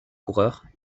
coureurs